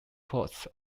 ports